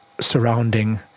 surrounding